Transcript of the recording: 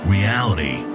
Reality